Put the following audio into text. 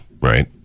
right